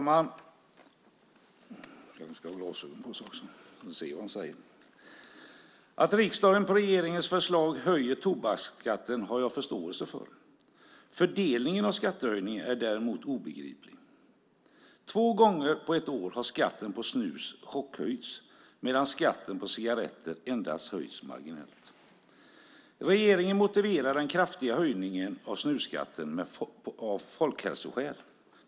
Herr talman! Att riksdagen på regeringens förslag höjer tobaksskatten har jag förståelse för. Fördelningen av skattehöjningen är däremot obegriplig. Två gånger på ett år har skatten på snus chockhöjts medan skatten på cigaretter höjts endast marginellt. Regeringen motiverar den kraftiga höjningen av snusskatten med folkhälsoskäl.